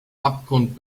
abgrund